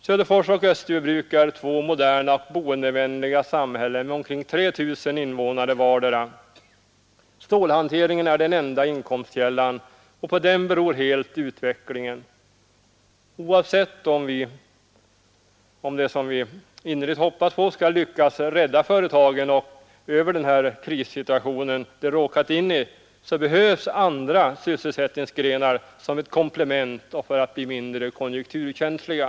Söderfors och Österbybruk är två moderna, boendevänliga samhällen med omkring 3 000 invånare vartdera. Stålhanteringen är den enda inkomstkällan, och på den beror helt utvecklingen. Oavsett om det, som vi innerligt hoppas, går att rädda företaget över den krissituation som det råkat in i, behövs andra sysselsättningsgrenar som ett komplement och ett stöd för att göra företagen mindre konjunkturkänsliga.